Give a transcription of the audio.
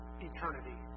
eternity